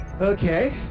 Okay